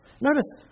Notice